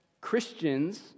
Christians